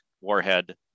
warhead